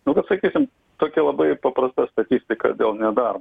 nu vat sakysim tokia labai paprasta statistika dėl nedarbo